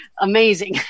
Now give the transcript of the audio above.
amazing